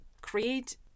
create